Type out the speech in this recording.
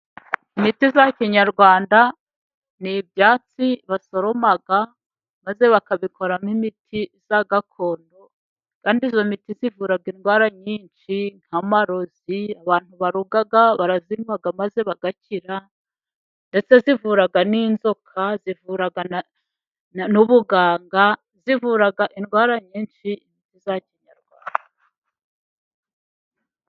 Imiti ya kinyarwanda ni ibyatsi basoroma maze bakabikoramo imiti ya gakondo kandi iyo miti ivura indwara nyinshi nk'amarozi abantu baroga barayinywa maze bagakira ,ndetse ivura n'inzoka ,ivura na n'ubuganga, ivura indwara nyinshi za kinyarwanda.